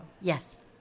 yes